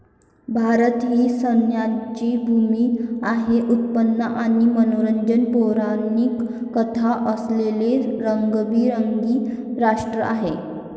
भारत ही सणांची भूमी आहे, उत्सव आणि मनोरंजक पौराणिक कथा असलेले रंगीबेरंगी राष्ट्र आहे